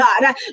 God